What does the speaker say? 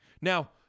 Now